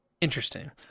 Interesting